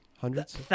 hundreds